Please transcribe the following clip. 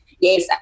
Yes